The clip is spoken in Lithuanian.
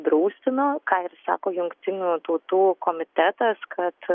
draustinu ką ir sako jungtinių tautų komitetas kad